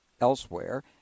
elsewhere